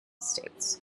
states